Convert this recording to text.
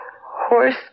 Horse